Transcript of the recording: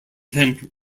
then